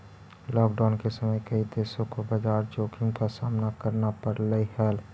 lockdown के समय कई देशों को बाजार जोखिम का सामना करना पड़लई हल